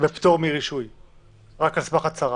רק על סמך הצהרה.